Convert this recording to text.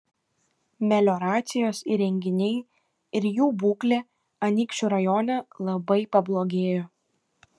melioracijos įrenginiai ir jų būklė anykščių rajone labai pablogėjo